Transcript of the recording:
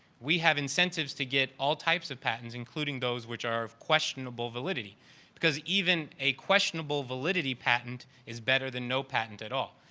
we have incentives to get all types of patents including those which are of questionable validity because even a questionable validity patent is better than no patent at all.